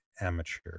amateur